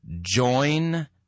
Join